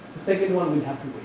second one we have